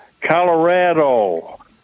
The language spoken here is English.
Colorado